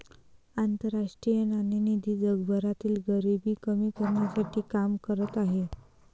आंतरराष्ट्रीय नाणेनिधी जगभरातील गरिबी कमी करण्यासाठी काम करत आहे